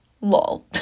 Lol